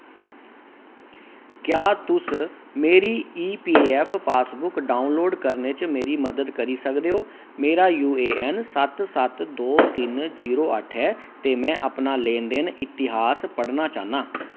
क्या तुस मेरी ईपीऐफ्फ पासबुक डाउनलोड करने च मेरी मदद करी सकदे ओ मेरा यूएएन सत्त सत्त दो तिन जीरो अट्ठ ऐ ते मैं अपना लैन देन इतिहास पढ़ना चाह्न्नां